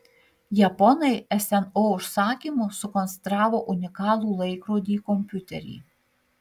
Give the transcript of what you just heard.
japonai sno užsakymu sukonstravo unikalų laikrodį kompiuterį